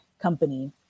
company